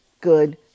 good